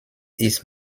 ist